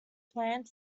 planned